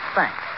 Thanks